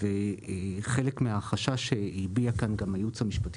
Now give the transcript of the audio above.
וחלק מהחשש שהביע כאן גם הייעוץ המשפטי